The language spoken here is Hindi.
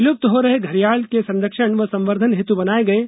विलुप्त हो रहे घडियाल के संरक्षण व संवर्धन हेतु बनाये गये